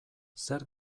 zer